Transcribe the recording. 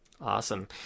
Awesome